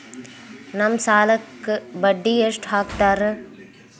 ನಮ್ ಸಾಲಕ್ ಬಡ್ಡಿ ಎಷ್ಟು ಹಾಕ್ತಾರ?